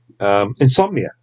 Insomnia